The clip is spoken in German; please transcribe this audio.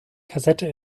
kassette